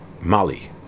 Mali